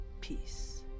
peace